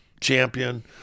champion